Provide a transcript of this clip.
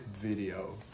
video